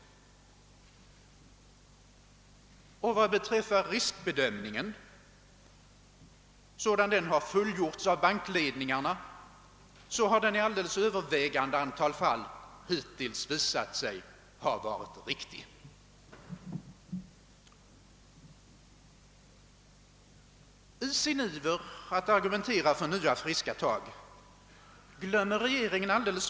Vad beträffar riskbedömningen sådan den har fullgjorts av bankledningarna har den i alldeles övervägande antal fall hittills visat sig vara riktig. I sin iver att argumentera för nya friska tag glömmer regeringen alldeles.